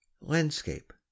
Landscape